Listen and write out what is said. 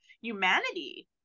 humanity